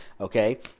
okay